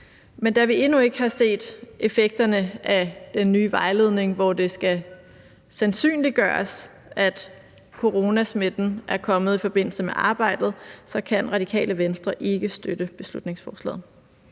Men da vi endnu ikke har set effekterne af den nye vejledning, hvor det skal sandsynliggøres, at coronasmitten er kommet i forbindelse med arbejdet, kan Det Radikale Venstre ikke støtte beslutningsforslaget.